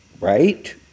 Right